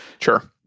sure